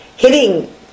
Hitting